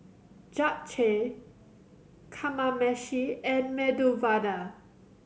Japchae Kamameshi and Medu Vada